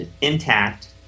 intact